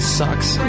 sucks